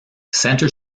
center